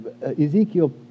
Ezekiel